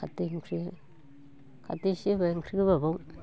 खारदै ओंख्रि खारदै इसे होबाय ओंख्रि गोबाबआव